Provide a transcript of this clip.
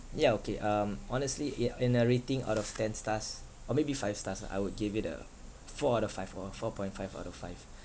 yeah okay um honestly ya in a rating out of ten stars or maybe five stars ah I would give it a four out of five or four point five out of five